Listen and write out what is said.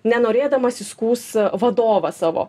nenorėdamas įskųs vadovą savo